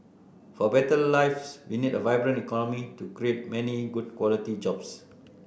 for better lives we need a vibrant economy to create many good quality jobs